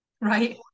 Right